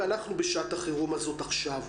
ואנחנו בשעת החירום הזאת עכשיו.